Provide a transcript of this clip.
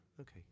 okay